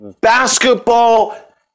basketball